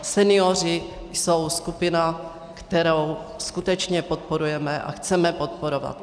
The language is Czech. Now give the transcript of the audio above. Senioři jsou skupina, kterou skutečně podporujeme a chceme podporovat.